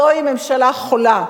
זוהי ממשלה חולה.